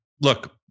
Look